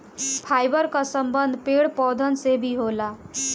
fibre कअ संबंध पेड़ पौधन से भी होला